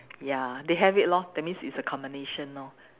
ya they have it lor that means it's a combination lor